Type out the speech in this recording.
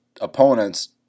opponents